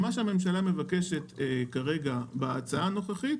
הממשלה מבקשת כרגע בהצעה הנוכחית